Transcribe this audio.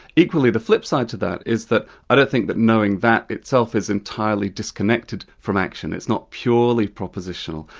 equally, the flipside to that is that i don't think that knowing that itself is entirely disconnected from action, it's not purely propositional,